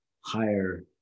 higher